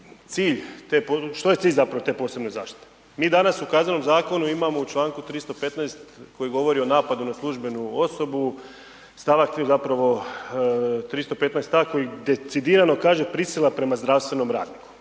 cilj te, što je cilj zapravo te posebne zaštite? Mi danas u Kaznenom zakonu imamo u čl. 315. koji govori o napadu na službenu osobu, st. 3. zapravo 315, takvi decidirano kaže prisila prema zdravstvenom radniku